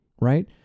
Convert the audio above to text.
right